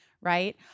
Right